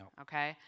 okay